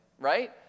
right